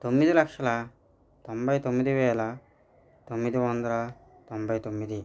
తొమ్మిది లక్షల తొంభై తొమ్మిది వేల తొమ్మిది వందల తొంభై తొమ్మిది